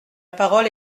parole